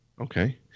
Okay